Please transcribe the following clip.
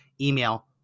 email